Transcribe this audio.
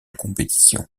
compétition